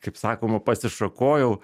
kaip sakoma pasišakojau